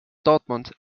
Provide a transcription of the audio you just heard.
dortmund